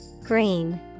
Green